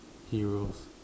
heroes